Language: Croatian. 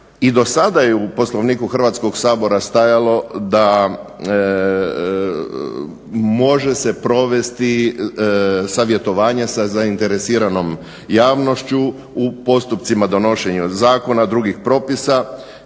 i dosada je u Poslovniku Hrvatskog sabora stajalo da može se provesti savjetovanje sa zainteresiranom javnošću u postupcima donošenja zakona, drugih propisa,